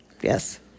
Yes